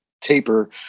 taper